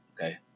okay